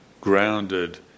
grounded